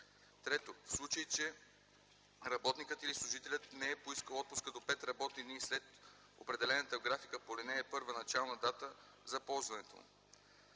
ред; 3. в случай, че работникът или служителят не е поискал отпуска до 5 работни дни след определената в графика по ал. 1 начална дата за ползването